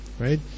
Right